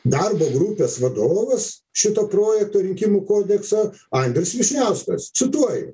darbo grupės vadovas šito projekto rinkimų kodeksą andrius vyšniauskas cituoju